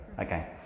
Okay